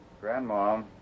Grandma